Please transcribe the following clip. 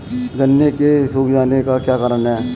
गन्ने के सूख जाने का क्या कारण है?